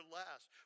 last